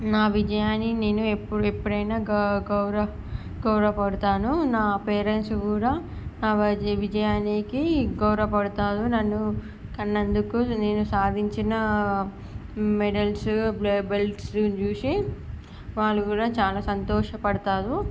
నా విజయాన్ని నేను ఎప్పు ఎప్పుడైనా గౌ గౌరవ పడుతాను నా పేరెంట్స్ కూడా నా విజయానికి గౌరవపడుతారు నన్ను కన్నందుకు నేను సాధించిన మెడల్స్ బెల్ట్స్ చూసి వాళ్ళు కూడా చాలా సంతోషపడుతారు